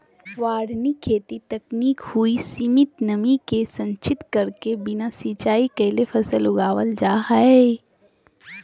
वारानी खेती तकनीक हई, सीमित नमी के संचित करके बिना सिंचाई कैले फसल उगावल जा हई